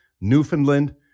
Newfoundland